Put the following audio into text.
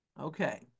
Okay